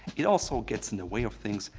it also gets in the way of things.